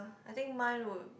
I think mine would